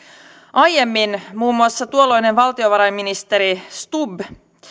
aiemmin muun muassa tuolloinen valtiovarainministeri stubb